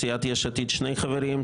מסיעת יש עתיד שני חברים,